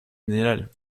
mineral